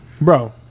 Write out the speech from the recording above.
Bro